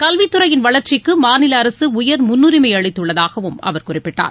கல்வித்துறையின் வளர்ச்சிக்கு மாநில அரசு உயர் முன்னுரிமை அளித்துள்ளதாகவும் அவர் குறிப்பிட்டார்